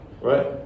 right